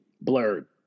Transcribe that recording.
blurred